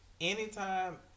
anytime